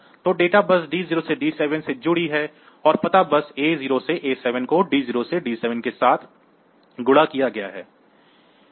तो data bus D0 से D7 से जुड़ी है और पता बस लाइन A0 से A7 को D0 से D7 के साथ गुणा किया गया है